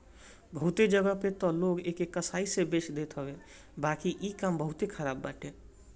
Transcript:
बहुते जगही पे तअ लोग एके कसाई से बेच देत हवे बाकी इ काम बहुते खराब बाटे